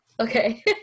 Okay